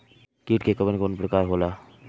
कीट के कवन कवन प्रकार होला?